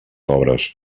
obres